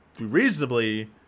reasonably